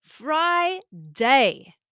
Friday